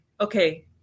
okay